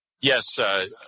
Yes